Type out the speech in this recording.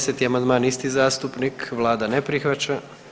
10. amandman, isti zastupnik, Vlada ne prihvaća.